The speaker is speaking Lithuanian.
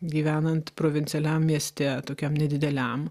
gyvenant provincialiam mieste tokiam nedideliam